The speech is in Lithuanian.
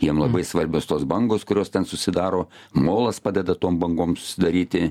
jiem labai svarbios tos bangos kurios ten susidaro molas padeda tom bangoms daryti